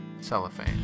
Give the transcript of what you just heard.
Cellophane